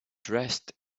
dressed